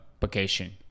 vacation